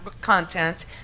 content